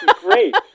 great